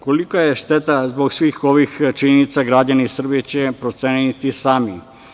Kolika je šteta zbog svih ovih činjenica, građani Srbije će proceniti sami.